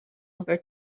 over